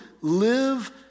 live